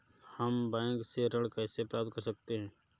हम बैंक से ऋण कैसे प्राप्त कर सकते हैं?